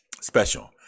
special